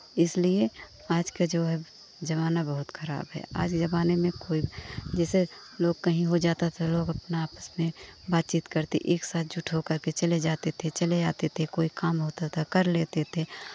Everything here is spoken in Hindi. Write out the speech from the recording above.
इसलिए आज का जो है ज़माना बहुत खराब है आज के ज़माने में कोई जैसे लोग कहीं हो जाता था लोग अपना आपस में बातचीत करते एक साथ जुट होकर के चले जाते थे चले आते थे कोई काम होता था कर लेते थे